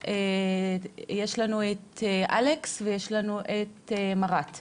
יש לנו את אלכס ויש לנו את מרט.